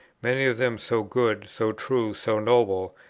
many of them so good, so true, so noble!